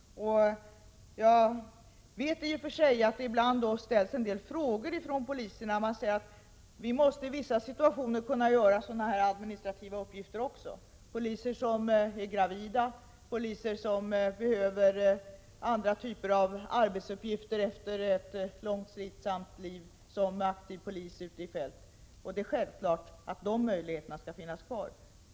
Jag vet i och för sig att det ibland ställs en del frågor från poliserna. De menar att de i vissa situationer måste kunna utföra även sådana här administrativa uppgifter. Det kan gälla poliser som är gravida eller som behöver andra typer av arbetsuppgifter efter ett långt, slitsamt liv som polis ute på fältet. Det är självklart att de möjligheterna skall finnas kvar.